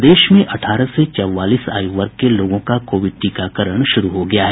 प्रदेश में अठारह से चौवालीस आयु वर्ग के लोगों का कोविड टीकाकरण शुरू हो गया है